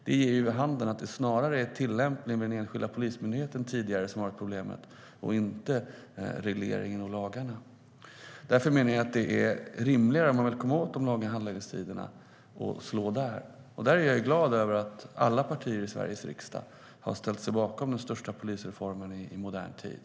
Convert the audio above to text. Det ger vid handen att det snarare varit tillämpningen vid den enskilda polismyndigheten som varit problemet, inte regleringen och lagarna. Därför menar jag att det är rimligare att fokusera på det om man vill komma åt de långa handläggningstiderna. Jag är glad över att alla partier i Sveriges riksdag ställt sig bakom den största polisreformen i modern tid.